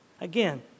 Again